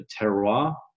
terroir